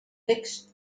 text